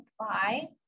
apply